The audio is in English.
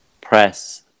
press